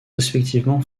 respectivement